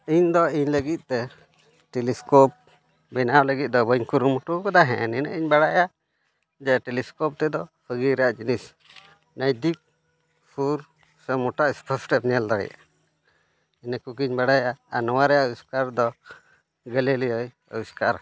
ᱤᱧ ᱫᱚ ᱤᱧ ᱞᱟᱹᱜᱤᱫᱛᱮ ᱴᱮᱹᱞᱤᱥᱠᱳᱯ ᱵᱮᱱᱟᱣ ᱞᱟᱹᱜᱤᱫ ᱫᱚ ᱵᱟᱹᱧ ᱠᱩᱨᱩᱢᱩᱴᱩᱣ ᱠᱟᱫᱟ ᱦᱮᱸ ᱱᱤᱱᱟᱹᱜ ᱤᱧ ᱵᱟᱲᱟᱭᱟ ᱡᱮ ᱴᱮᱹᱞᱤᱮᱥᱠᱳᱯ ᱛᱮᱫᱚ ᱥᱟᱹᱜᱤᱧ ᱨᱮᱭᱟᱜ ᱡᱤᱱᱤᱥ ᱱᱟᱡᱽᱫᱤᱠ ᱥᱩᱨ ᱥᱮ ᱢᱳᱴᱟ ᱮᱥᱯᱚᱥᱴᱚᱢ ᱧᱮᱞ ᱫᱟᱲᱮᱭᱟᱜᱼᱟ ᱤᱱᱟᱹ ᱠᱚᱜᱮᱧ ᱵᱟᱲᱟᱭᱟ ᱟᱨ ᱱᱚᱣᱟ ᱨᱮᱱᱟᱜ ᱟᱹᱵᱤᱥᱠᱟᱨ ᱫᱚ ᱜᱮᱞᱮᱞᱤᱭᱳᱭ ᱟᱹᱵᱤᱥᱠᱟᱨ ᱠᱟᱫᱟ